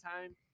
time